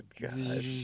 God